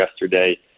yesterday